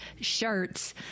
shirts